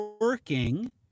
working